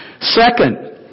Second